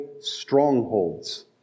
strongholds